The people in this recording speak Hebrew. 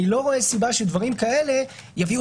אני לא רואה סיבה שדברים כאלה יביאו